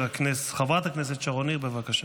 חברת הכנסת שרון ניר, בבקשה.